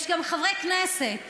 יש גם חברי כנסת,